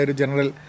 general